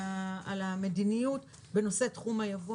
על המדיניות בנושא תחום היבוא,